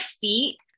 feet